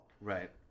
Right